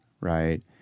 right